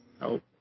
Nope